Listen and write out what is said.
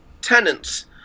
tenants